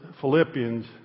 Philippians